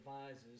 advisors